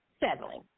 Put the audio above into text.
settling